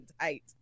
tight